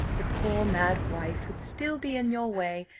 the poor mad wife would still be in your way,